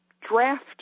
draft